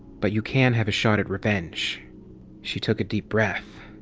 but you can have a shot at revenge she took a deep breath.